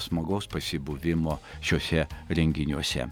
smagaus pasibuvimo šiuose renginiuose